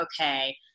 okay